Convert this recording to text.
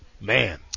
Man